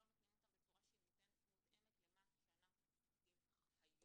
לא נותנים אותם בצורה שהיא מותאמת למה שאנחנו זקוקים היום,